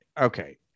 okay